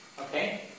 okay